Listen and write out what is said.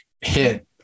hit